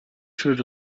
through